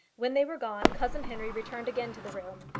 when they were gone, cousin henry returned again to the room,